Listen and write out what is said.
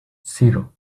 zero